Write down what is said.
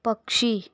पक्षी